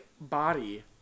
body